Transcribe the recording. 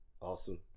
Awesome